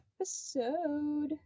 episode